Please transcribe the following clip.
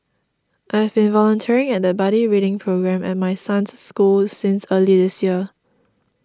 I've been volunteering at the buddy reading programme at my son's school since early this year